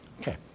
Okay